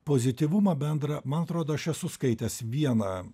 pozityvumą bendrą man atrodo aš esu skaitęs vieną